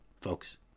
folks